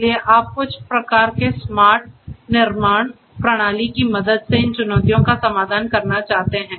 इसलिए आप कुछ प्रकार के स्मार्ट निर्माण प्रणाली की मदद से इन चुनौतियों का समाधान करना चाहते हैं